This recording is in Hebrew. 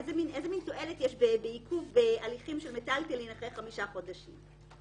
איזו תועלת יש בעיכוב הליכים של מיטלטלין אחרי חמישה חודשים?